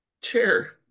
chair